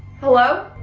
hello?